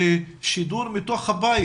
ובצדק.